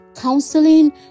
counseling